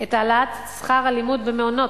את העלאת שכר הלימוד במעונות,